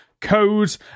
Code